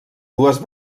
dues